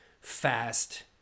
fast